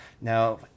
Now